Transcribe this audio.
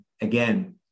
again